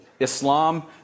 Islam